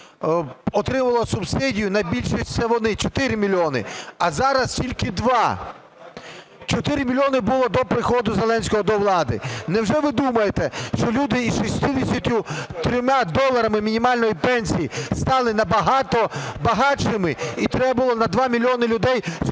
отримало субсидію, найбільше це вони, 4 мільйони, а зараз тільки 2. Чотири мільйони було до приходу Зеленського до влади. Невже ви думаєте, що люди із 63 доларами мінімальної пенсії стали набагато багатшими і треба було на 2 мільйони людей